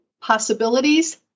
possibilities